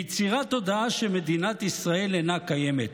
ביצירת תודעה שמדינת ישראל אינה קיימת.